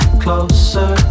closer